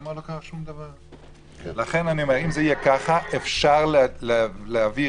אז אני אומר שאם זה יהיה ככה אז אפשר יהיה להעביר